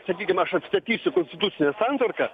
sakykim aš atstatysiu konstitucinę santvarką